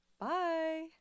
Bye